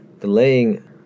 delaying